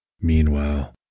Meanwhile